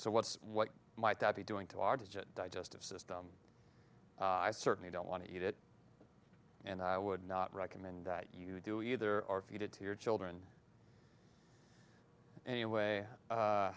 so what's what might that be doing to our digit digestive system i certainly don't want to eat it and i would not recommend that you do either or feed it to your children anyway